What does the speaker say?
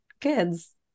kids